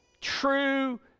true